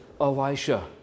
Elisha